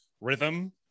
rhythm